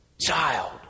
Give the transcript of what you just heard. child